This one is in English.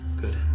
Good